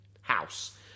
house